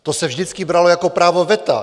To se vždycky bralo jako právo veta.